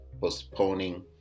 postponing